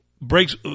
breaks